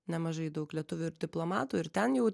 nemažai daug lietuvių ir diplomatų ir ten jau